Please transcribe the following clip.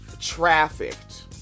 trafficked